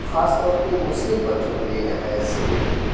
خاص طور پہ مسلم بچوں کے لیے نہایت ضروری ہے